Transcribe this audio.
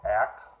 act